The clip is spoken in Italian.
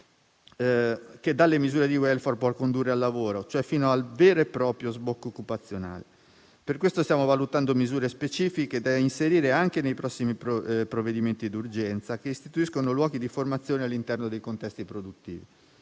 che dalle misure di *welfare* può condurre al lavoro, e cioè fino al vero e proprio sbocco occupazionale. Per questo stiamo valutando misure specifiche da inserire anche nei prossimi provvedimenti d'urgenza che istituiscono luoghi di formazione all'interno dei contesti produttivi.